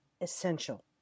essential